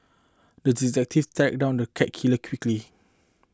the detective tracked down the cat killer quickly